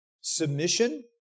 submission